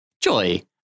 Joy